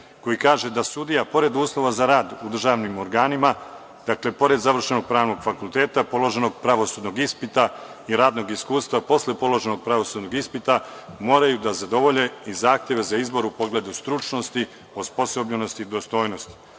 koji kaže da sudija pored uslova za rad u državnim organima, pored završenog pravnog fakulteta, položenog pravosudnog ispita i radnog iskustva posle položenog pravosudnog ispita, moraju da zadovolje i zahteve za izbor u pogledu stručnosti, osposobljenosti i dostojnosti.